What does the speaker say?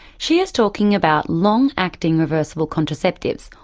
she is talking about long acting reversible contraceptives,